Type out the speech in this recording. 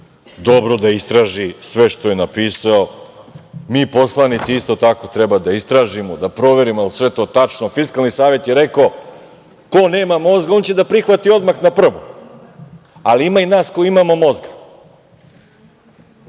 dobro da istraži sve što je napisao. Mi poslanici, isto tako treba da istražimo, da proverimo da li je sve to tačno. Fiskalni savet je rekao, ko nema mozga on će da prihvati odmah na prvu, ali ima i nas koji imamo mozga.